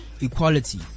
equality